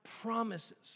promises